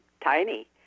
tiny